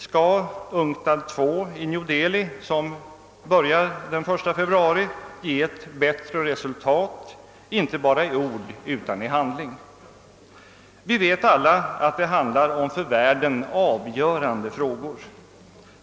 Skall UNCTAD II i New Delhi, som börjar den 1 februari, ge ett bättre resultat inte bara i ord utan i handling? Vi vet alla att det handlar om för världen avgörande frågor.